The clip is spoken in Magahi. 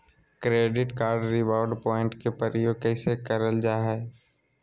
क्रैडिट कार्ड रिवॉर्ड प्वाइंट के प्रयोग कैसे करल जा है?